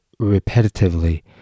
repetitively